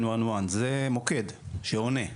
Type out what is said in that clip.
זה מוקד שעונה.